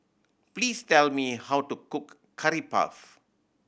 please tell me how to cook Curry Puff